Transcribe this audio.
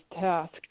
task